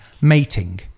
mating